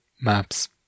maps